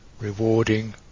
rewarding